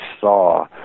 saw